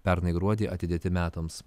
pernai gruodį atidėti metams